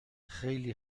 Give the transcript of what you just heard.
خیلی